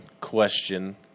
question